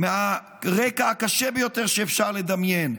מהרקע הקשה ביותר שאפשר לדמיין.